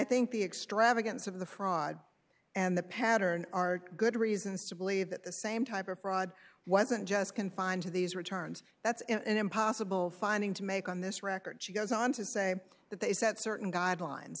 think the extravagance of the fraud and the pattern are good reasons to believe that the same type of fraud wasn't just confined to these returns that's impossible finding to make on this record she goes on to say that they set certain guidelines